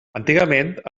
antigament